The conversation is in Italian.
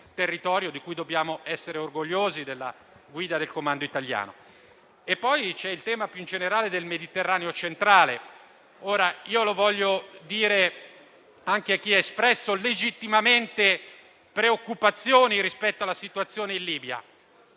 territorio e dobbiamo essere orgogliosi della guida del comando italiano. Poi c'è il tema, più in generale, del Mediterraneo centrale. Lo voglio dire anche a chi ha espresso legittimamente preoccupazioni rispetto alla situazione in Libia: